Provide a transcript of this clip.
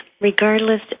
regardless